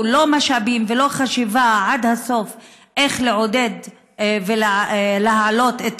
משאבים ולא הייתה חשיבה עד הסוף איך לעודד ולהעלות את